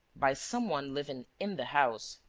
by some one living in the house.